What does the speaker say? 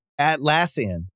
Atlassian